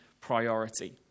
priority